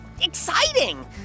exciting